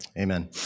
Amen